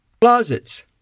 Closets